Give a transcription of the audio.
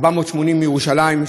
480 מירושלים,